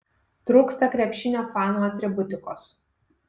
trūksta krepšinio fanų atributikos